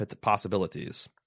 possibilities